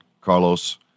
Carlos